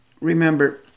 Remember